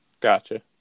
Gotcha